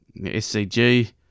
SCG